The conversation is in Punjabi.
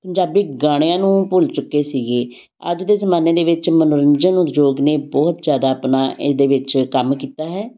ਪੰਜਾਬੀ ਗਾਣਿਆਂ ਨੂੰ ਭੁੱਲ ਚੁੱਕੇ ਸੀਗੇ ਅੱਜ ਦੇ ਜ਼ਮਾਨੇ ਦੇ ਵਿੱਚ ਮਨੋਰੰਜਨ ਉਦਯੋਗ ਨੇ ਬਹੁਤ ਜ਼ਿਆਦਾ ਆਪਣਾ ਇਹਦੇ ਵਿੱਚ ਕੰਮ ਕੀਤਾ ਹੈ